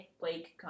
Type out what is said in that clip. Blake